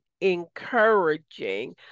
encouraging